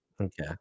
Okay